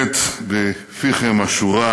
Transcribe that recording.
שמתנגנת בפיכם השורה: